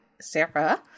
Sarah